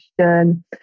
question